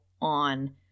on